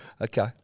Okay